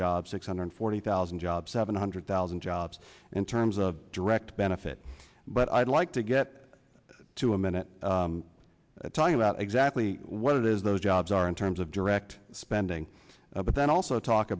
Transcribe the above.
jobs six hundred forty thousand jobs seven hundred thousand jobs in terms of direct benefit but i'd like to get to a minute talking about exactly what it is those jobs are in terms of direct spending but then also talk